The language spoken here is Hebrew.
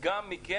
גם מצדכם,